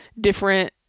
different